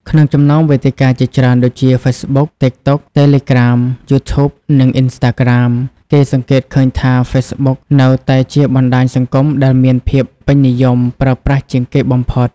ក្នុងចំណោមវេទិកាជាច្រើនដូចជា ហ្វេសប៊ុក ទីកតុក តេឡេក្រាម យូ ធូប និង អ៊ីនស្តាក្រាម គេសង្កេតឃើញថា ហ្វេសប៊ុក នៅតែជាបណ្តាញសង្គមដែលមានភាពពេញនិយមប្រើប្រាស់ជាងគេបំផុត។